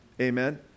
Amen